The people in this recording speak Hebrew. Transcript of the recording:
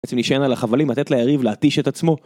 בעצם נשען על החבלים, לתת ליריב, להתיש את עצמו.